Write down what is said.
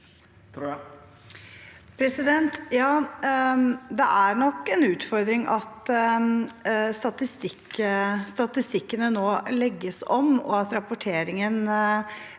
det er nok en utfordring at statistikkene nå legges om, og at rapporteringen